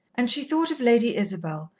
and she thought of lady isabel,